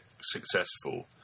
successful